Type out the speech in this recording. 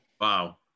Wow